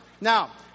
Now